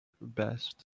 best